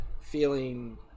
feeling